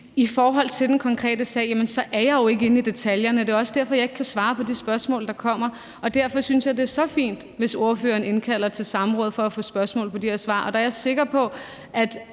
I forhold til den konkrete sag vil jeg sige, at jeg jo ikke er inde i detaljerne, og det er også derfor, jeg ikke kan svare på det spørgsmål, der kommer. Derfor synes jeg, det er så fint, hvis ordføreren indkalder til samråd for at få svar på de her spørgsmål, og der er jeg sikker på, at